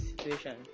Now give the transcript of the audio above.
situation